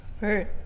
Right